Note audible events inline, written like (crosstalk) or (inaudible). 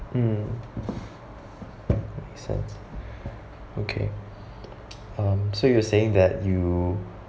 mm makes sense okay (breath) um so you were saying that you